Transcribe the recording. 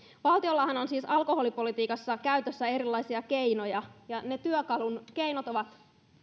valtiollahan on alkoholipolitiikassa käytössä erilaisia keinoja ne työkalut keinot ovat